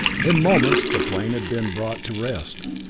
in moments the plane had been brought to rest,